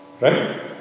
Right